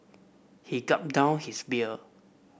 he gulped down his beer